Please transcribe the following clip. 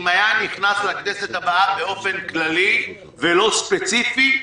אם היה נכנס לכנסת הבאה באופן כללי ולא ספציפי,